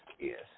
yes